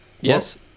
Yes